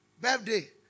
Birthday